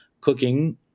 cooking